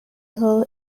hill